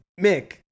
Mick